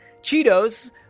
Cheetos